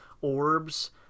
orbs